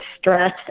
stress